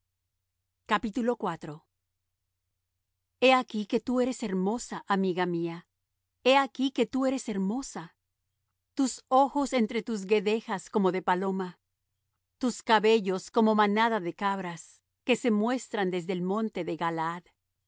su corazón he aquí que tú eres hermosa amiga mía he aquí que tú eres hermosa tus ojos entre tus guedejas como de paloma tus cabellos como manada de cabras que se muestran desde el monte de galaad